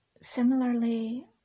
similarly